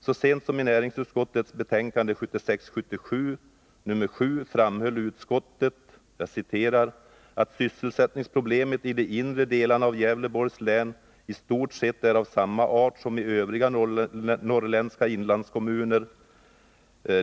Så sent som i näringsutskottets betänkande 1976/77:7 framhöll utskottet ”att sysselsättningsproblemen i de inre delarna av Gävleborgs län i stort sett är av samma art som i övriga norrländska inlandskommuner.